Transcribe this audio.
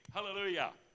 Hallelujah